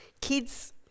kids